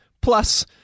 Plus